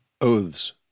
Oaths